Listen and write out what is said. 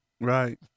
Right